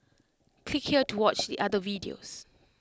click here to watch the other videos